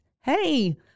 Hey